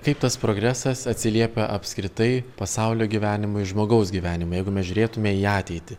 kaip tas progresas atsiliepia apskritai pasaulio gyvenimui žmogaus gyvenime jeigu mes žiūrėtume į ateitį